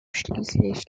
schließlich